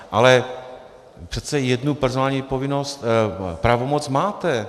Ale přece jednu personální povinnost, pravomoc, máte.